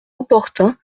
opportun